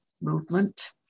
movement